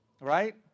right